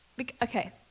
Okay